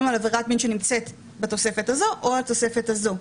על עבירת מין שנמצאת בתוספת הזאת או התוספת הזאת.